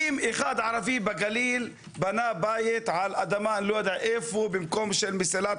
אם ערבי בגליל בית על אדמה במקום של מסילת